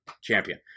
champion